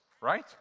Right